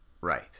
Right